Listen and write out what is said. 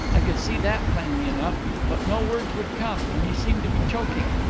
i could see that plainly enough but no words would come, and he seemed to be choking.